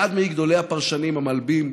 אחד מגדולי הפרשנים, המלבי"ם,